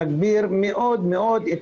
מגביר מאוד את המודעות,